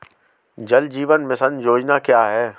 जल जीवन मिशन योजना क्या है?